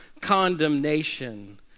condemnation